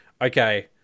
okay